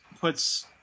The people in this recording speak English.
puts